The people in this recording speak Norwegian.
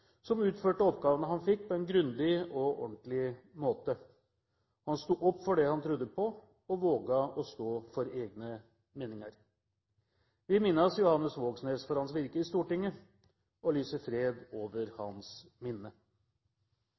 som utførte oppgavene han fikk på en grundig og ordentlig måte. Han sto opp for det han trodde på, og våget å stå for egne meninger. Vi minnes Johannes Vågsnes for hans virke i Stortinget, og lyser fred over hans minne.